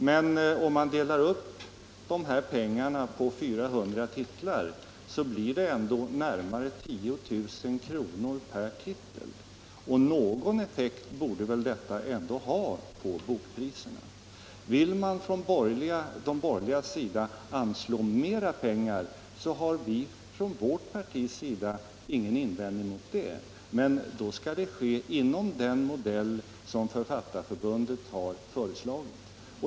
Men om man delar upp pengarna på 400 titlar blir det ändå närmare 10 000 kr. per titel, och någon effekt borde detta ändå” ha på bokpriserna. Vill man från de borgerligas sida anslå mer pengar så har vårt parti ingen invändning mot det. Men då skall det ske inom den modell som Författarförbundet har föreslagit.